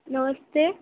ନମସ୍ତେ